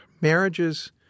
marriages